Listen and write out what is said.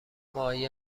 مایه